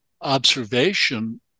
observation